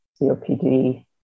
COPD